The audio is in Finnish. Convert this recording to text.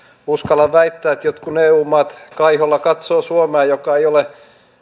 uskallan väittää että jotkut eu maat kaiholla katsovat suomea joka ei ole